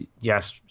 yes